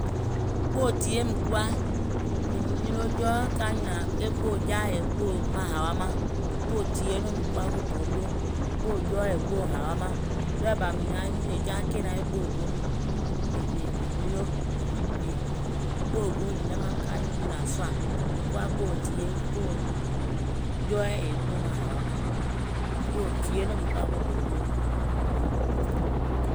Kpòò tìyeè mìŋ kuwa, mìŋ nyuno jɔɔ ka nyùnàŋ e kpòò jaà yèè e kpòò maŋ hàwa màŋ, e kpòò tìyèe nɔŋ mìŋ kuwa ko gboo mio, kpòò jɔɔɛ̀ yèè kpòò maŋ hàwa màŋ. ɗɔɔɛ̀ bà mìŋ naŋ nyùnò ja kènaŋ e kpòò guùŋ mìŋ, mìŋ mìŋ nyuno, kpòò guùŋ ɓemàŋ ka nyùnàŋ sùà. Mìŋ kuwa kpòò tìyèe, kpòò tìyèe yèè kpòò maŋ hàwa màŋ, kpòò tìyèe nɔŋ mìŋ kuwa ko gboo mio